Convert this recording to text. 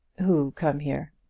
who come here?